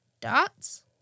Dots